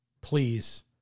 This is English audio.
please